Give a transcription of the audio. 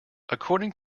according